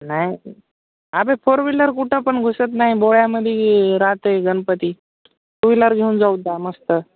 नाही अबे four wheeler कुठं पण घुसत नाही बोळ्यामध्ये राहातय गणपती टू व्हीलर घेऊन जाऊ दे मस्त